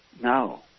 No